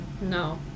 No